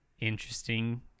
interesting